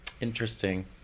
Interesting